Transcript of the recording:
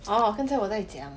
orh 刚才我在讲